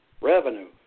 revenue